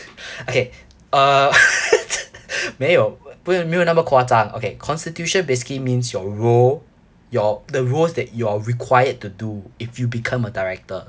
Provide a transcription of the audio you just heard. okay uh 没有不要没有那么夸张 okay constitution basically means your role your the roles that you are required to do if you become a director